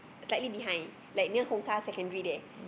slightly behind like near Hong-Kar-Secondary there